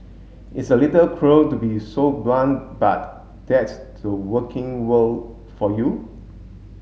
it's a little cruel to be so blunt but that's the working world for you